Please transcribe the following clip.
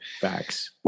Facts